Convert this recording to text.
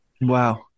Wow